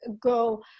go